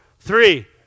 three